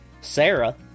Sarah